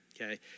okay